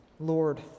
Lord